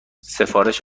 سفارش